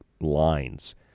lines